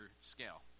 scale